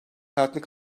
hayatını